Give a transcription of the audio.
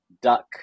duck